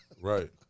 Right